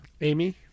Amy